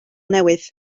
newydd